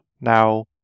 now